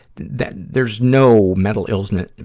that, there's no mental illness,